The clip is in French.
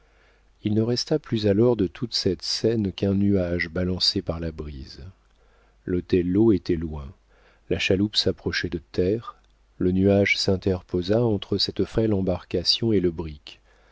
il ne resta plus alors de toute cette scène qu'un nuage balancé par la brise l'othello était loin la chaloupe s'approchait de terre le nuage s'interposa entre cette frêle embarcation et le brick